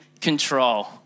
control